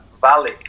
valley